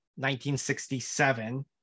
1967